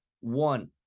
One